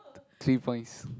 three points